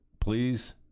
please